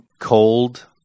cold